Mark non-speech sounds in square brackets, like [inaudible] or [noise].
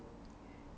[noise]